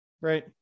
Right